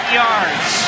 yards